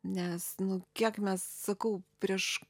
nes nu kiek mes sakau prieš